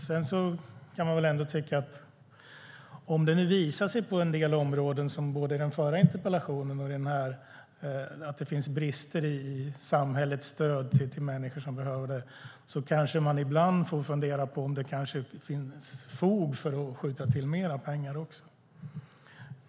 Sedan kan man väl tycka att om det nu visar sig på en del områden, vilket togs upp både i den förra interpellationen och i den här, att det finns brister i samhällets stöd till människor som behöver det kanske man får fundera på om det finns fog för att skjuta till mer pengar.